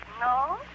no